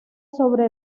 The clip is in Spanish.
sobre